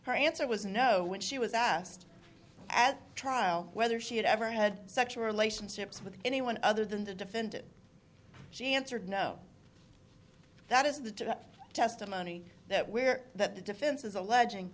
her answer was no when she was asked at trial whether she had ever had sexual relationships with anyone other than the defendant she answered no that is the testimony that where that the defense is alleging